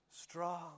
strong